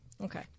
Okay